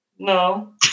No